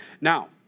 Now